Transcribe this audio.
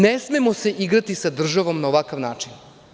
Ne smemo se igrati sa državom na ovakav način.